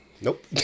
Nope